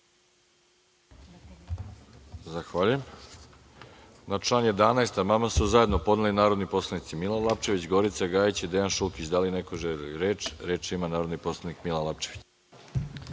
Zahvaljujem. Na član 11. amandman su zajedno podneli narodni poslanici Milan Lapčević, Gorica Gajić i Dejan Šulk1ić. Da li neko želi reč? (Da)Reč ima narodni poslanik Milan Lapčević.